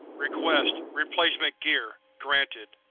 request replacement gear. granted.